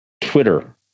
Twitter